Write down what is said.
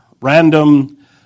random